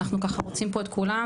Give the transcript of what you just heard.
אנחנו ככה רוצים פה את כולם,